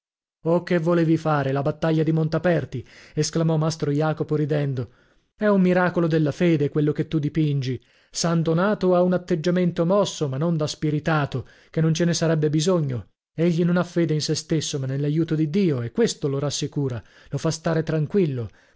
che volevi fare la battaglia di montaperti esclamò mastro jacopo ridendo è un miracolo della fede quello che tu dipingi san donato ha un atteggiamento mosso ma non da spiritato che non ce ne sarebbe bisogno egli non ha fede in sè stesso ma nell'aiuto di dio e questo lo rassicura lo fa stare tranquillo